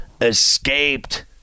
escaped